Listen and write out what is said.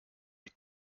die